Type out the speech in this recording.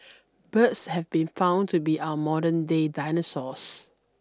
birds have been found to be our modernday dinosaurs